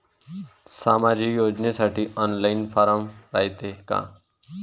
सामाजिक योजनेसाठी online form रायते का?